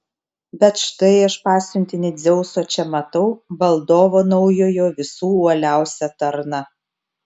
bet štai aš pasiuntinį dzeuso čia matau valdovo naujojo visų uoliausią tarną